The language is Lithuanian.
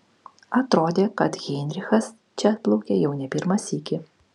atrodė kad heinrichas čia atplaukia jau ne pirmą sykį